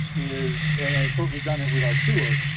is, and and certainly done it with our tour,